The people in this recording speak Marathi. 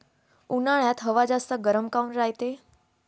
उन्हाळ्यात हवा जास्त गरम काऊन रायते?